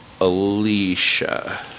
Alicia